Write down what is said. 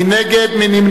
מי נגד?